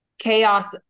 chaos